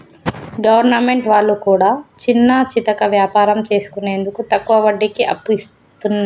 government వాళ్లు కూడా చిన్నాచితక వ్యాపారం చేసుకునేందుకు తక్కువ వడ్డీకి అప్పు ఇస్తున్నరు